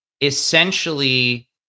essentially